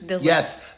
Yes